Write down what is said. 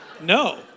No